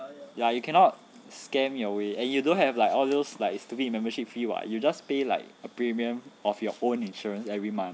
ya you cannot scam your way and you don't have like all those like stupid membership fee [what] you just pay like a premium of your own insurance every month